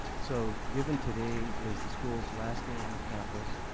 so given today is the schools last day on the campus,